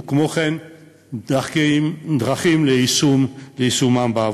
וכמו כן דרכים להשמתם בעבודה.